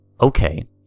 Okay